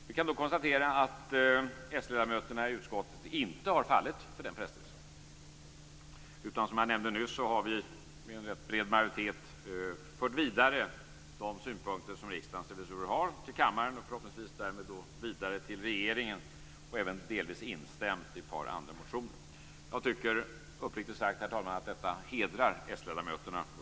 Vi kan konstatera att s-ledamöterna i utskottet inte har fallit för den frestelsen, utan vi har, som jag nyss nämnde, med rätt bred majoritet fört vidare de synpunkter som Riksdagens revisorer har till kammaren, och förhoppningsvis därmed vidare till regeringen, och även delvis instämt i ett par andra motioner. Herr talman! Uppriktigt sagt tycker jag att detta hedrar s-ledamöterna.